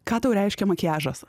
ką tau reiškia makiažas